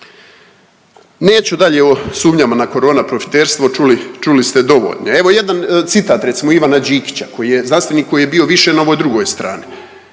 Neću dalje o sumnjama na korona profiterstvo, čuli ste dovoljno. Evo jedan citat recimo Ivana Đikića koji je znanstvenik koji je bio više na ovoj drugoj strani.